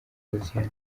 hoziana